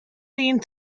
ddyn